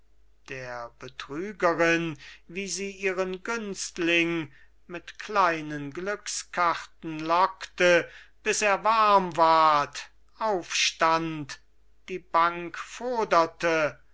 der betrügerin wie sie ihren günstling mit kleinen glückskarten lockte bis er warm ward aufstand die bank foderte